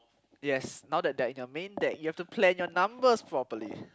yes now that they are in your main deck you have to plan your numbers properly